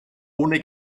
ohne